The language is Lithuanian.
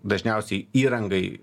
dažniausiai įrangai